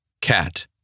Cat